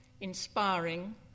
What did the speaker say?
inspiring